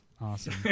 awesome